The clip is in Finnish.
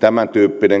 tämäntyyppinen